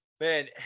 man